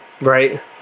Right